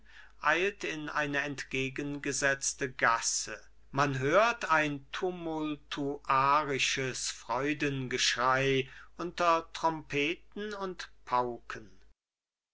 eilt in eine entgegengesetzte gasse man hört ein tumultuarisches freudengeschrei unter trommeten und pauken